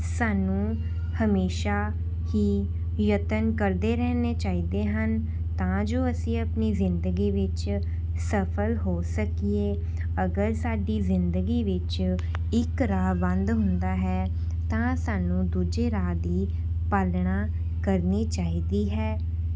ਸਾਨੂੰ ਹਮੇਸ਼ਾ ਹੀ ਯਤਨ ਕਰਦੇ ਰਹਿਣੇ ਚਾਹੀਦੇ ਹਨ ਤਾਂ ਜੋ ਅਸੀਂ ਆਪਣੀ ਜ਼ਿੰਦਗੀ ਵਿੱਚ ਸਫ਼ਲ ਹੋ ਸਕੀਏ ਅਗਰ ਸਾਡੀ ਜ਼ਿੰਦਗੀ ਵਿੱਚ ਇੱਕ ਰਾਹ ਬੰਦ ਹੁੰਦਾ ਹੈ ਤਾਂ ਸਾਨੂੰ ਦੂਜੇ ਰਾਹ ਦੀ ਪਾਲਣਾ ਕਰਨੀ ਚਾਹੀਦੀ ਹੈ